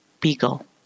Beagle